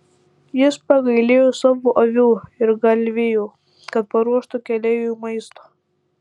jis pagailėjo savo avių ir galvijų kad paruoštų keleiviui maisto